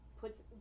puts